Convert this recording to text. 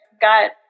got